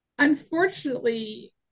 Unfortunately